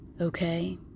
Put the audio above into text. Okay